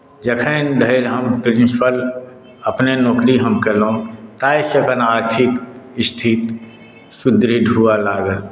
जखनि धरि हम प्रिन्सिपल अपने नौकरी हम केलहुँ ताहिसँ कनि आर्थिक स्थिति सुदृढ़ हुअए लागल